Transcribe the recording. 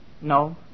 No